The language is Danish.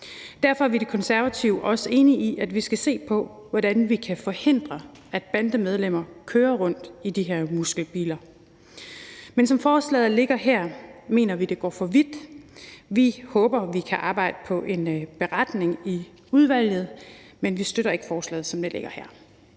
Derfor er vi i Det Konservative Folkeparti også enige i, at vi skal se på, hvordan vi kan forhindre, at bandemedlemmer kører rundt i de her muskelbiler, men som forslaget ligger her, mener vi, det går for vidt. Vi håber, at vi kan arbejde på en beretning i udvalget, men vi støtter ikke forslaget, som det ligger her.